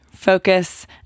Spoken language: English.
focus